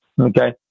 okay